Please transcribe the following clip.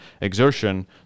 exertion